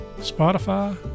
Spotify